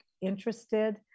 interested